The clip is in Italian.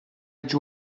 giù